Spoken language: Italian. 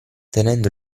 tenendo